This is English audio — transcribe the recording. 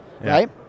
right